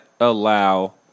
allow